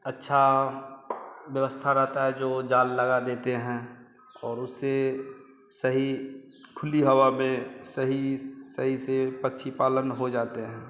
अच्छी व्यवस्था रहती है जो जाल लगा देते हैं और उससे सही खुली हवा में सही सही से पक्षी पालन हो जाता है